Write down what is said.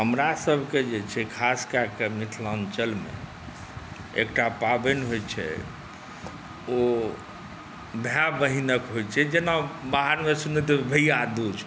हमरा सभके जे छै ख़ासकऽ कऽ मिथिलाञ्चलमे एकटा पाबनि होइ छै ओ भाइ बहिनके होइ छै जेना बाहरमे सुनैत हेबै भैया दूज